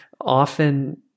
often